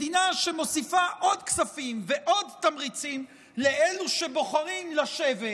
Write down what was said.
מדינה שמוסיפה עוד כספים ועוד תמריצים לאלה שבוחרים לשבת